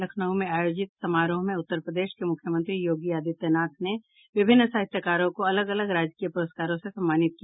लखनऊ में आयोजित समारोह में उत्तर प्रदेश के मुख्यमंत्री योगी आदित्य नाथ ने विभिन्न साहित्यकारों को अलग अलग राजकीय पुरस्कारों से सम्मानित किया